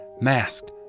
masked